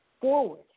forward